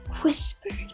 whispered